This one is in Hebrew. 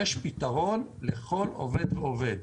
יש פתרון לכל עובד ועובד.